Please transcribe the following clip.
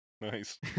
Nice